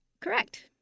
Correct